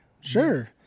Sure